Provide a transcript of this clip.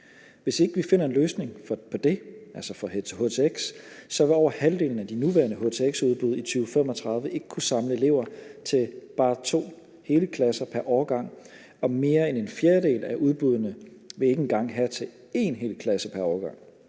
Hvis ikke vi finder en løsning på det, altså for htx, vil over halvdelen af de nuværende htx-udbud i 2035 ikke kunne samle elever til bare to hele klasser pr. årgang, og mere end en fjerdedel af udbuddene vil ikke engang have til én hel klasse pr. årgang.